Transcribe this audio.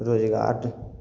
रोजगार